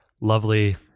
lovely